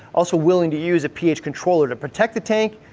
also willing to use a ph controller to protect the tank,